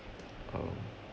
um